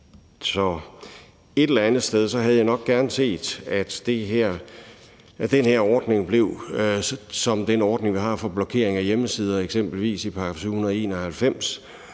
et eller andet sted havde jeg nok gerne set, at den her ordning blev som den ordning, vi eksempelvis har for blokering af hjemmesider i § 791